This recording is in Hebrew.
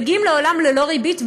מגיעים לעולם ללא ריבית,